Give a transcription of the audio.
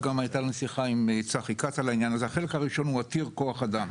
הוא עתיר כוח אדם.